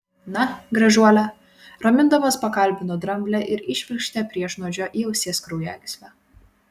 na gražuole ramindamas pakalbino dramblę ir įšvirkštė priešnuodžio į ausies kraujagyslę